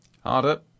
Harder